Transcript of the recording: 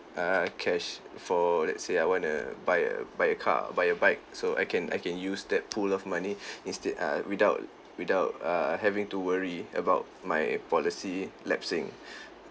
err cash for let's say I want to buy a buy a car buy a bike so I can I can use that pool of money instead uh without without err having to worry about my policy lapsing